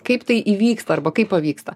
kaip tai įvyksta arba kaip pavyksta